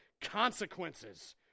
consequences